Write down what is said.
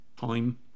time